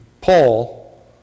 Paul